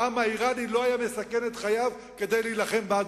העם האירני לא היה מסכן את חייו כדי להילחם בעד